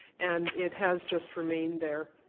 and it has just remained there.